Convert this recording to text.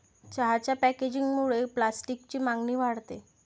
चहाच्या पॅकेजिंगमुळे प्लास्टिकची मागणी वाढते